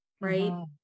right